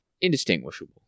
indistinguishable